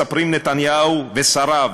מספרים נתניהו ושריו,